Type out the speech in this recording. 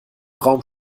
raum